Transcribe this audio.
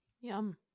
Yum